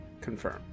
Confirm